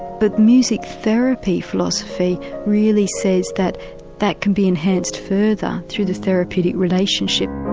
but music therapy philosophy really says that that can be enhanced further through the therapeutic relationship.